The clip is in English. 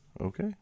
Okay